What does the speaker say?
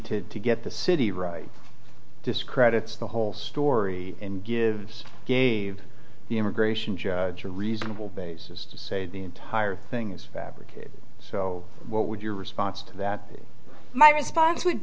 inability to get the city right discredits the whole story and gives gave the immigration judge a reasonable basis to say the entire thing is fabricated so what would your response to that my response would